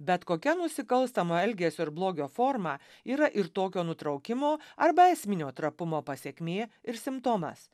bet kokia nusikalstamo elgesio ir blogio forma yra ir tokio nutraukimo arba esminio trapumo pasekmė ir simptomas